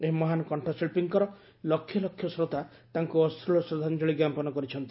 ଏହି ମହାନ କଣ୍ଠଶିଳ୍ପୀଙ୍କର ଲକ୍ଷଲକ୍ଷ ଶ୍ରୋତା ତାଙ୍କୁ ଅଶ୍ରଳ ଶ୍ରଦ୍ଧାଞ୍ଜଳି ଜ୍ଞାପନ କରିଛନ୍ତି